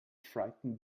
frightened